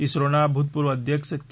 ઇસરોના ભૂતપૂર્વ અધ્યક્ષ કે